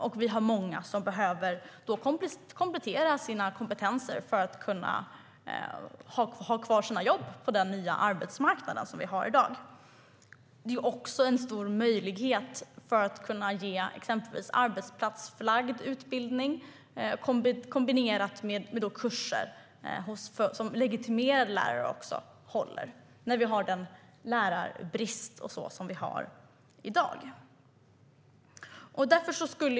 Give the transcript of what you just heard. Det är också många som behöver komplettera sina kompetenser för att kunna ha kvar sina jobb på den nya arbetsmarknad som vi har i dag. Distansutbildning innebär också en stor möjlighet att erbjuda exempelvis arbetsplatsförlagd utbildning kombinerat med kurser, som legitimerade lärare håller - vi har ju lärarbrist i dag.